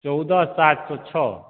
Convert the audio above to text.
चौदह सात सए छओ